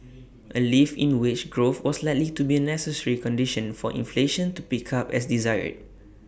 A lift in wage growth was likely to be A necessary condition for inflation to pick up as desired